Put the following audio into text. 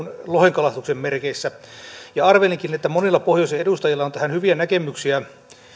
lohikalastuksen merkeissä arvelinkin että monilla pohjoisen edustajilla on tähän hyviä näkemyksiä